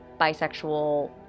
bisexual